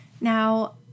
Now